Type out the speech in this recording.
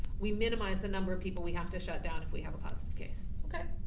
we minimize the number of people we have to shut down if we have a positive case. okay.